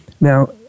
Now